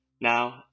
Now